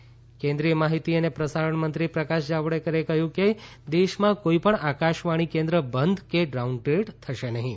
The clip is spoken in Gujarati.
જાવડેકર આકાશવાણી કેન્દ્રીય માહિતી અને પ્રસારણમંત્રી પ્રકાશ જાવડેકરે કહ્યું છે કે દેશમાં કોઈપણ આકાશવાણી કેન્દ્ર બંધ કે ડાઉનગ્રેડ થશે નહીં